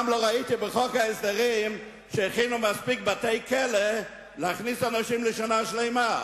לא ראיתי בחוק ההסדרים שהכינו מספיק בתי-כלא להכניס אנשים לשנה שלמה.